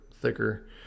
thicker